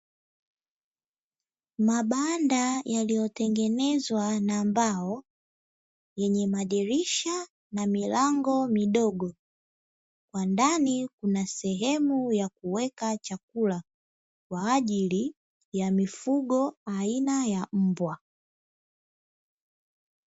Mabanda yaliyotengenezwa na mbao yenye madirisha na milango midogo, kwa ndani kuna sehemu ya kuweka chakula kwa ajili ya mifugo aina ya mbwa.